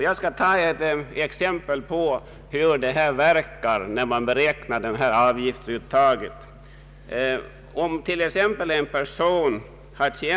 Jag skall anföra ett exempel på hur systemet verkar, när avgiftsuttaget beräknas.